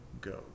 go